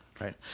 Right